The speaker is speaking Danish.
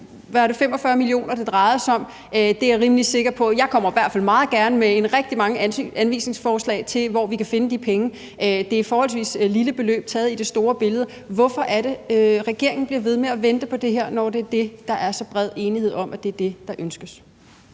var det 45 mio. kr., det drejede sig om? Det er jeg rimelig sikker på. Og jeg kommer i hvert fald meget gerne med rigtig mange anvisningsforslag til, hvor vi kan finde de penge. Det er et forholdsvis lille beløb i forhold til det store billede. Hvorfor er det, at regeringen bliver ved med at vente på det her, når det er det, der er så bred enighed om ønskes?